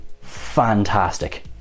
fantastic